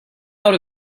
out